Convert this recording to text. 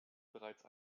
bereits